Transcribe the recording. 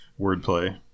wordplay